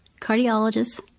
cardiologist